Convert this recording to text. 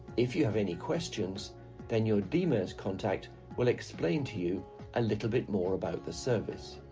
if you have any questions then your dmirs contact will explain to you a little bit more about the service.